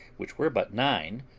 which were but nine,